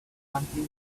until